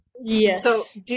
Yes